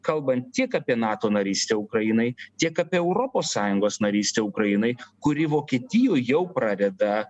kalbant tiek apie nato narystę ukrainai tiek apie europos sąjungos narystę ukrainai kuri vokietijoj jau pradeda